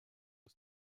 ist